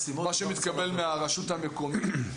מה שמתקבל מהרשות המקומית,